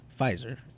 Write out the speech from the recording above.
Pfizer